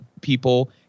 people